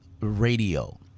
Radio